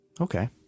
okay